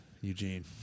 Eugene